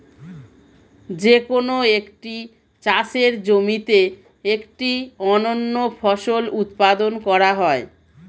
যে কোন একটি চাষের জমিতে একটি অনন্য ফসল উৎপাদন করা হয়